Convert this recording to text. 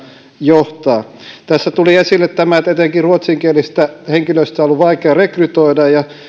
johtaa tässä tuli esille että etenkin ruotsinkielistä henkilöstöä on ollut vaikea rekrytoida